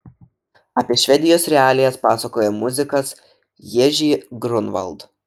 apie švedijos realijas pasakoja muzikas ježy grunvald